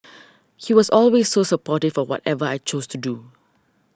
he was always so supportive of whatever I chose to do